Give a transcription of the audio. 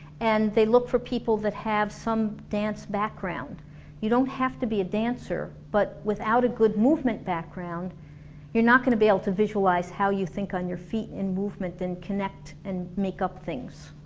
and they look for people that have some dance background you don't have to be a dancer, but without a good movement background you're not gonna be able to visualize how you think on your feet and movement and connect and make up things